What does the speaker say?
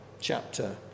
chapter